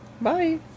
bye